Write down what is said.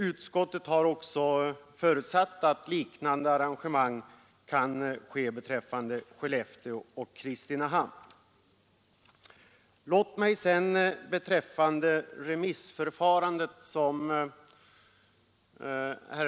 Utskottet har också förutsatt att liknande arrangemang kan göras beträffande Skellefteå och Kristinehamn. Herr Larsson i Umeå var inne på remissförfarandet.